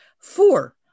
Four